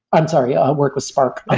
i'm sorry. yeah work with spark but